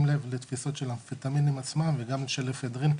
לב לתפיסות של אמפטמינים עצמם וגם של אפדרין.